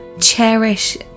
cherish